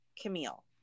Camille